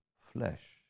flesh